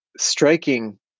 striking